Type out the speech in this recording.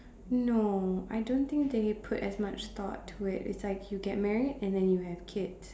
no I don't think they put as much thought to it it's like you get married and then you have kids